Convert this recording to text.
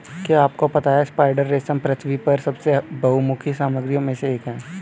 क्या आपको पता है स्पाइडर रेशम पृथ्वी पर सबसे बहुमुखी सामग्रियों में से एक है?